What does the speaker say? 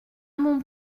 mon